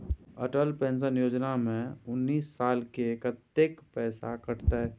Atal pension योजना में उनैस साल के कत्ते पैसा कटते?